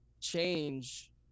change